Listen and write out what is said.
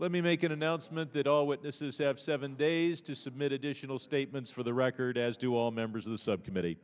let me make an announcement that all witnesses have seven days to submit additional statements for the record as do all members of the subcommittee